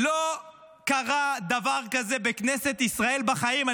לא קרה דבר כזה בכנסת ישראל בחיים,